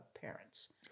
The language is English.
parents